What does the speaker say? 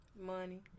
money